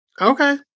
Okay